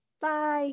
Bye